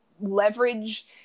leverage